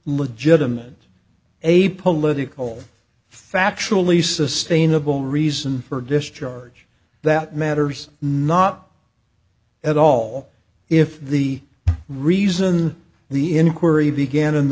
legitimate a political factually sustainable reason for discharge that matters not at all if the reason the inquiry began in the